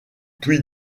puy